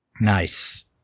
Nice